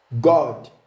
God